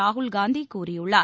ராகுல் காந்தி கூறியுள்ளார்